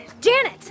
Janet